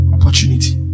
Opportunity